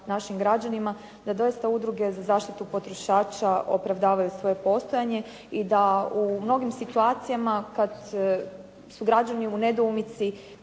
našim građanima da doista udruge za zaštitu potrošača opravdavaju svoje postojanje i da u mnogim situacijama kad su građani u nedoumici